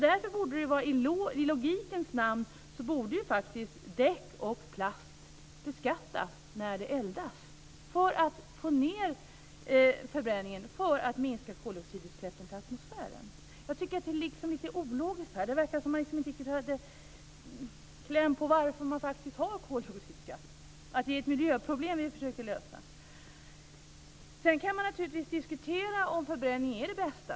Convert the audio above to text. I logikens namn borde därför däck och plast beskattas när de eldas; detta för att få ned förbränningen och därmed minska koldioxidutsläppen till atmosfären. Det är liksom lite ologiskt här. Man verkar inte riktigt ha kläm på varför koldioxidskatten faktiskt finns - att det är ett miljöproblem som vi försöker lösa. Naturligtvis kan man diskutera om förbränning är det bästa.